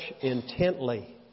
intently